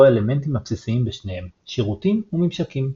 הוא האלמנטים הבסיסיים בשניהם שירותים וממשקים.